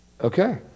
Okay